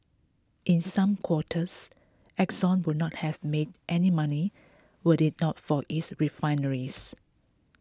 in some quarters Exxon would not have made any money were it not for its refineries